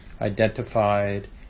identified